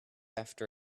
after